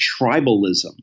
tribalism